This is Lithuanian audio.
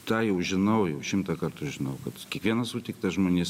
tą jau žinojau šimtą kartų žinojau kad kiekvienas sutiktas žmonės